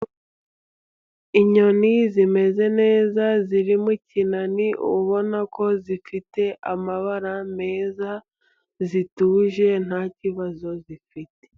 Inyoni zimeze neza ziri mu kinani, ubona ko zifite amabara meza, zituje nta kibazo zifite.